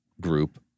group